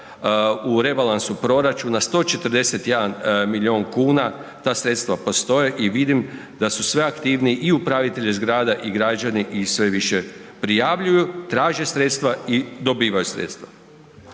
u rebalansu proračuna 141 milijun kuna, ta sredstva postoje i vidim da su sve aktivniji i upravitelji zgrada i građani i sve više prijavljuju, traže sredstva i dobivaju sredstva.